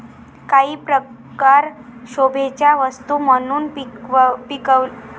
काही प्रकार शोभेच्या वस्तू म्हणून पिकवले जातात आणि काही औषधांमध्ये वापरल्या जाणाऱ्या अल्कलॉइड्स असतात